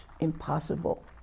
impossible